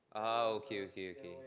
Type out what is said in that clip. ah okay okay okay